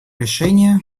решение